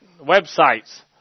websites